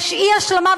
יש אי-השלמה,